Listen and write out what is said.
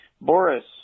Boris